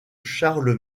charles